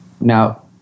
Now